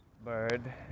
bird